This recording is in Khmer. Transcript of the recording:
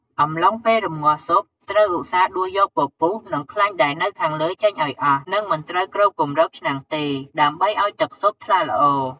អំឡុងពេលរម្ងាស់ស៊ុបត្រូវឧស្សាហ៍ដួសយកពពុះនិងខ្លាញ់ដែលនៅខាងលើចេញឱ្យអស់ និងមិនត្រូវគ្របគម្របឆ្នាំងទេដើម្បីឱ្យទឹកស៊ុបថ្លាល្អ។